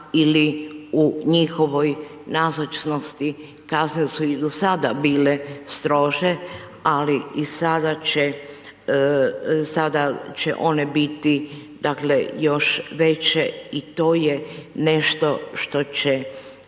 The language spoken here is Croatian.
ili u njihovoj nazočnosti kazne su i do sada bile strože ali i sada će, sada će one biti dakle još veće i to je nešto što će